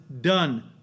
done